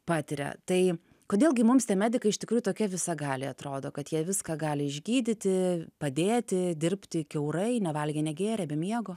patiria tai kodėl gi mums tie medikai iš tikrųjų tokie visagaliai atrodo kad jie viską gali išgydyti padėti dirbti kiaurai nevalgę negėrę be miego